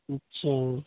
اچھا